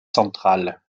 centrale